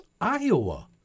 Iowa